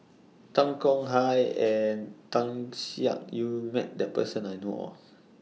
Tan Tong Hye and Tan Siak Kew has Met This Person that I know of